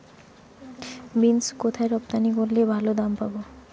Beans কোথায় রপ্তানি করলে ভালো দাম পাব?